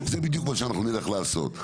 זה בדיוק מה שאנחנו נלך לעשות.